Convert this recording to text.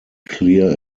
clear